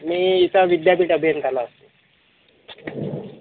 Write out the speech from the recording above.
मी इथे विद्यापीठ अभियंताला असतो